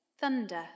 thunder